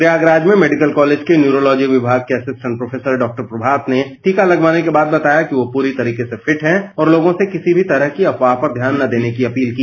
प्रयागराज में medical college के neurology विभाग के असिस्टेंड प्रोफेसर डॉ प्रभात ने टीका लगवाने के बाद बताया कि वह पूरी तरह फिट हैं और लोगों से किसी भी तरह की अफवाह पर ध्यान न देने की अपील की